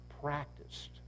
practiced